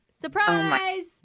Surprise